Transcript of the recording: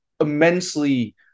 immensely